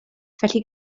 felly